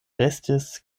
restis